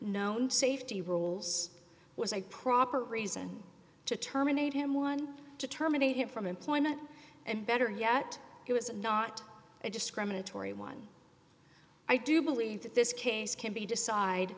known safety rules was a proper reason to terminate him one to terminate him from employment and better yet it was not a discriminatory one i do believe that this case can be decide